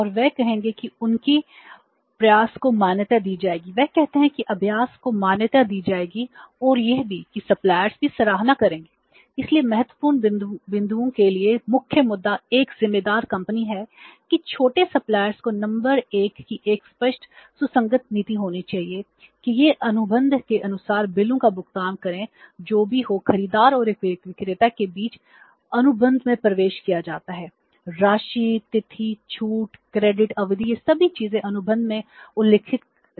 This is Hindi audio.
और वे कहेंगे कि उनके प्रयास को मान्यता दी जाएगी वे कहते हैं कि अभ्यास को मान्यता दी जाएगी और यह भी कि सप्लायर्स को नंबर 1 की एक स्पष्ट सुसंगत नीति होनी चाहिए कि यह अनुबंध के अनुसार बिलों का भुगतान करे जो भी हो खरीदार और विक्रेता के बीच अनुबंध में प्रवेश किया जाता है राशि तिथि छूट क्रेडिट अवधि ये सभी चीजें अनुबंध में उल्लिखित रहती हैं